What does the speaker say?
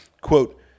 Quote